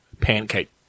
pancake